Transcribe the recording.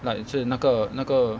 那一次那个那个